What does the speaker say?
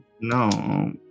No